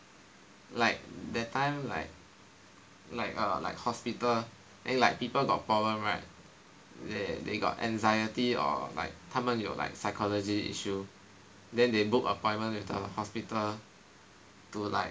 like that time like like like err hospital like people got problem right they they got anxiety or like 他们有 like psychology issue then they book appointment with the hospital to like